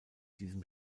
diesem